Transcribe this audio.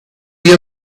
you